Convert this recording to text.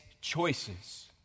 choices